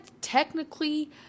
technically